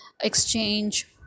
exchange